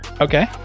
Okay